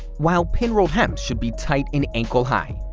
while pinrolled hems should be tight and ankle-high.